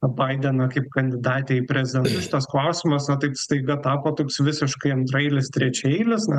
baideną kaip kandidatė į prezidentus šitas klausimas na taip staiga tapo toks visiškai antraeilis trečiaeilis na